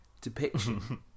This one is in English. depiction